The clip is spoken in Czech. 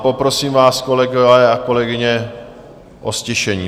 Poprosím vás, kolegové a kolegyně, o ztišení.